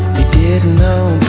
didn't